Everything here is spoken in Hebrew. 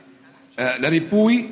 לריפוי,